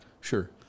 Sure